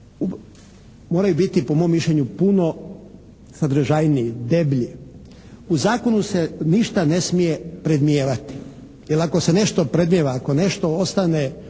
moraju biti po mom mišljenju puno sadržajniji, deblji. U zakonu se ništa ne smije predmnijevati. Jer ako se nešto predmnijeva, ako nešto ostane